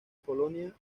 polonia